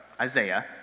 Isaiah